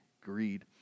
greed